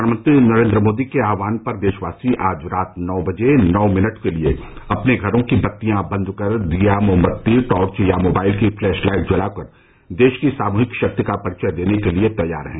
प्रधानमंत्री नरेन्द्र मोदी के आहवान पर देशवासी आज रात नौ बजे नौ मिनट के लिए अपने घरों की बत्तियां बन्द कर दीया मोमबत्ती टॉर्च या मोबाइल की पलैश लाइट जलाकर देश की सामूहिक शक्ति का परिचय देने के लिए तैयार हैं